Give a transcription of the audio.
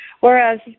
Whereas